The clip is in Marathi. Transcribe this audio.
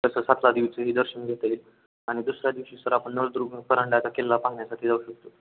तसंच हातला देवीचं बी दर्शन घेता येईल आणि दुसऱ्या दिवशी सर आपण नळदुर्ग परांड्याचा केल्ला पाहण्यासाठी जाऊ शकतो